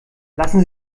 lassen